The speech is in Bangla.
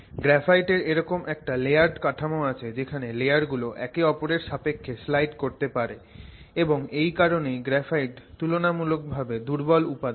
গ্রাফাইটের এরকম একটা লেয়ারড কাঠামো আছে যেখানে লেয়ারগুলো একে অপরের সাপেক্ষে স্লাইড করতে পারে এবং এই কারনেই গ্রাফাইট তুলনামূলকভাবে দুর্বল উপাদান